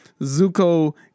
zuko